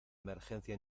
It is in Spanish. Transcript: emergencia